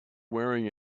wearing